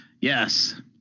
Yes